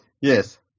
Yes